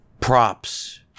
Props